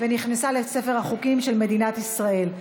ונכנסה לספר החוקים של מדינת ישראל.